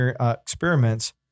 experiments